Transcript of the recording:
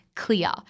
clear